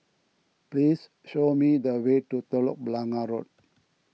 please show me the way to Telok Blangah Road